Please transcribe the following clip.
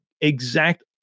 exact